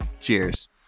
Cheers